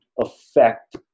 affect